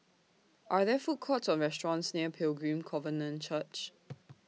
Are There Food Courts Or restaurants near Pilgrim Covenant Church